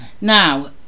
now